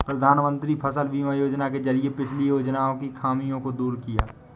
प्रधानमंत्री फसल बीमा योजना के जरिये पिछली योजनाओं की खामियों को दूर किया